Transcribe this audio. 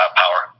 power